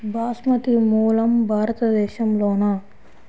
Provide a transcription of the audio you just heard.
బాస్మతి మూలం భారతదేశంలోనా?